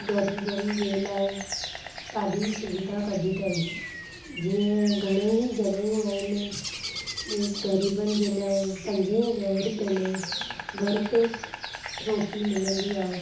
ग़रीबनि जे लाइ ॾाढी सुविधा कढी अथनि जीअं घणेई जॻहियूं आहिनि ग़रीबनि जे लाइ पंज ॾह रुपये में भर पेटु रोटी मिलंदी आहे